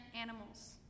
animals